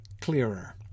clearer